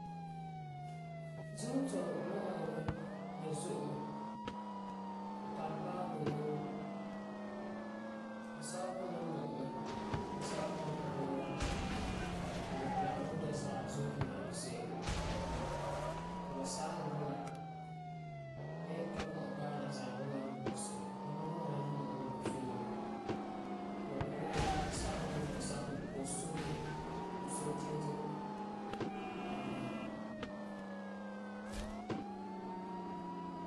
Zometo me mu'uŋɔ me, me zo'e mɛ. Tu tari paɛ bunuu. Basɛba bunɔ ni mu'ɛ mɛ ti basɛba bunɔ me ana wuu la ani wuu dazaa zometo n ni ana se'em. Ti basɛba me bunɔ ni ka mu'ɛ paɛ dazaa bunduma n ni mu'ɛ se'em la. Ba nɔbgama la ni mu'ɛ ŋwana fiin wa. Kɔ'ɔm dikɛ basɛba me boi mɛ basɛba me kɔ'ɔm sobege. Kɔ'ɔm sobege tim tim timi ɛɛn hɛɛn.